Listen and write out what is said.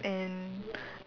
and